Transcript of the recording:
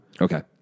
Okay